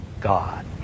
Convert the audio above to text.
God